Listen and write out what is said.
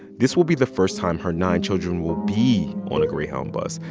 this will be the first time her nine children will be on a greyhound bus,